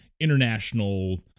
international